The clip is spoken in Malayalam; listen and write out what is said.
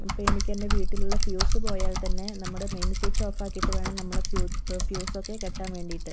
ഇപ്പോൾ എനിക്കെൻ്റെ വീട്ടിലുള്ള ഫ്യൂസ് പോയാൽ തന്നെ നമ്മുടെ മെയിൻ സ്വിച്ച് ഓഫാക്കിയിട്ട് വേണം നമ്മൾ ഫ്യൂജ് ഫ്യൂസ് ഒക്കെ കെട്ടാൻ വേണ്ടിയിട്ട്